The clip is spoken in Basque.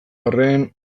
arren